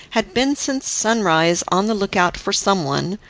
had been since sunrise on the look-out for some one,